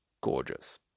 gorgeous